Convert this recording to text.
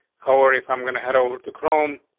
how are if i'm gonna head over to chrome?